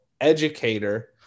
educator